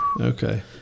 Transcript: Okay